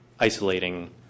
isolating